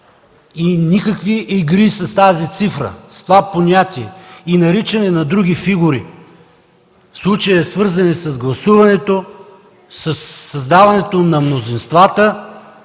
и никакви игри с тази цифра, с това понятие и наричане на други фигури – в случая, свързани с гласуването, и създаването на мнозинствата